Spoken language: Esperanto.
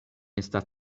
estas